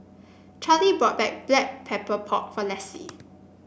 Charley bought Black Pepper Pork for Lessie